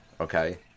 Okay